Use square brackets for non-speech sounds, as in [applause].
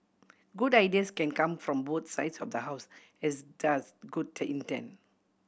good ideas can come from both sides of the House as does good [unintelligible] intent